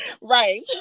right